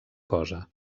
cosa